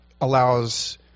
allows